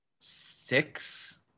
six